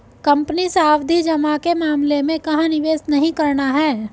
Company सावधि जमा के मामले में कहाँ निवेश नहीं करना है?